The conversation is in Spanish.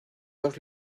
dos